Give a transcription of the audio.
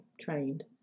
trained